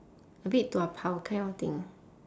a bit tua pao kind of thing